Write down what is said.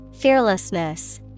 Fearlessness